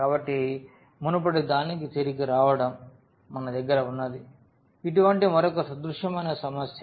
కాబట్టి మునుపటి దానికి తిరిగి రావడం మన దగ్గర ఉన్నది ఇటువంటి మరొక సదృశమైన సమస్య